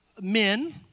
men